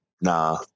Nah